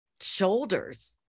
shoulders